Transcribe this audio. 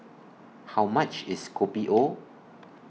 How much IS Kopi O